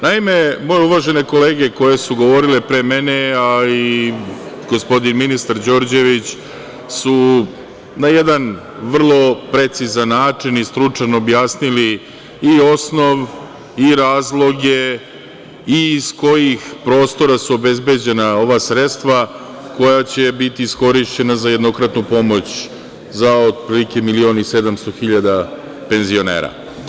Naime, moje uvažene kolege, koje su govorile pre mene, a i gospodin ministar Đorđević, su na jedan vrlo precizan način i stručan objasnili i osnov i razloge i iz kojih prostora su obezbeđena ova sredstva koja će biti iskorišćena za jednokratnu pomoć, za od prilike milion i 700 hiljada penzionera.